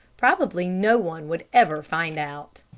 probably no one would ever find out.